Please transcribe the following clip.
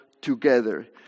together